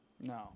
No